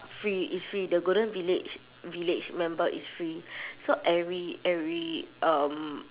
free it's free the golden village village member is free so every every um